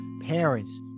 parents